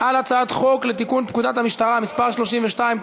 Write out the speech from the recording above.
על הצעת חוק לתיקון פקודת המשטרה (מס' 32),